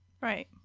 Right